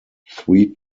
three